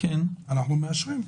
אנחנו מאשרים.